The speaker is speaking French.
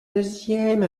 deuxième